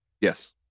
yes